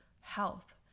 health